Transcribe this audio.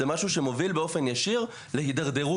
זה משהו שמוביל באופן ישיר להתדרדרות